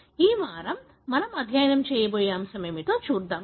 ఈ వారం మనం అధ్యయనం చేయబోయే అంశం ఏమిటో చూద్దాం